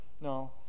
No